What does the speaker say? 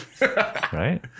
right